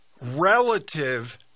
relative